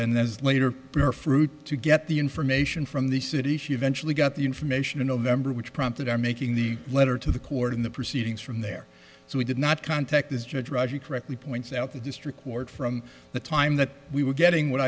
and then later bear fruit to get the information from the city she eventually got the information in november which prompted our making the letter to the court in the proceedings from there so we did not contact this judge roger correctly points out the district court from the time that we were getting what